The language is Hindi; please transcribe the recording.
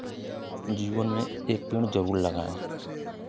जीवन में एक पेड़ जरूर लगाएँ